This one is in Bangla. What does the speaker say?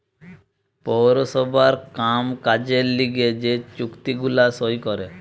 পৌরসভার কাম কাজের লিগে যে চুক্তি গুলা সই করে